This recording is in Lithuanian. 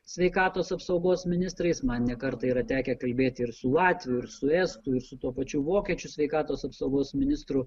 sveikatos apsaugos ministrais man ne kartą yra tekę kalbėti ir su latvių ir su estų ir su tuo pačiu vokiečių sveikatos apsaugos ministru